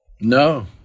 No